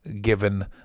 given